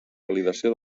validació